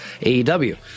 AEW